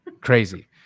crazy